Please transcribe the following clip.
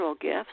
gifts